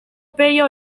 pello